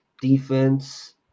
defense